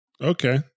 Okay